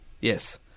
yes